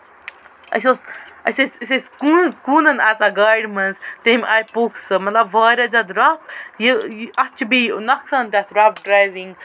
اَسہِ اوس اَسہِ اوس کوٗنز کوٗنز ٲسۍ آسان گاڈِ منٛز تِم آسہٕ بُکٔس واریاہ زیادٕ رَف یہِ اَتھ چھُ بیٚیہِ نۄقصان تہِ اَتھ رَف ڈروِنگ